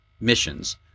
missions